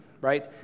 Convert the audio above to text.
right